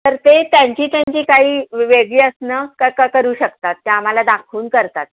तर ते त्यांची त्यांची काही वेगळी आसनं का का करू शकतात त्या आम्हाला दाखवून करतात